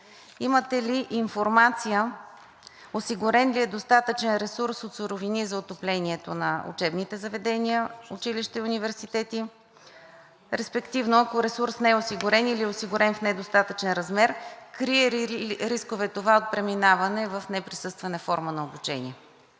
Имате ли информация – осигурен ли е достатъчен ресурс от суровини за отоплението на учебните заведения, училища и университети, респективно ако ресурс не е осигурен или е осигурен в недостатъчен размер, крие ли рискове това от преминаване в неприсъствена форма на обучение?